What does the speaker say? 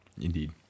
Indeed